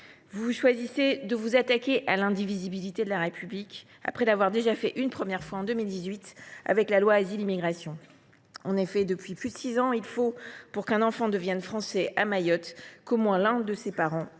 Vous choisissez de vous attaquer à l’indivisibilité de notre République, après l’avoir déjà fait une première fois en 2018 avec la loi Asile et Immigration. En effet, depuis plus de six ans, il faut, pour qu’un enfant devienne français à Mayotte, qu’au moins l’un de ses parents